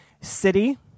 city